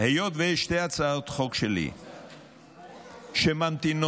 שלי שממתינות